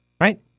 right